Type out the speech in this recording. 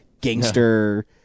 gangster